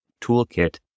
toolkit